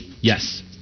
Yes